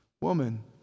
Woman